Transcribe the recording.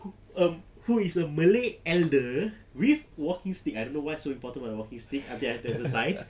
who um who is a malay elder with walking stick I don't know why so important about the walking stick okay I have to emphasise